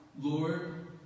Lord